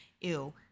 Ew